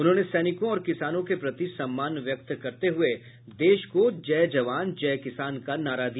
उन्होंने सैनिकों और किसानों के प्रति सम्मान व्यक्त करते हुए देश को जय जवान जय किसान का नारा दिया